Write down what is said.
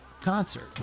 concert